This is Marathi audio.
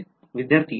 विद्यार्थी बेसिस